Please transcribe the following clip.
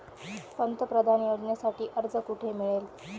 पंतप्रधान योजनेसाठी अर्ज कुठे मिळेल?